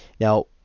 Now